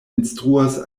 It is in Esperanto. instruas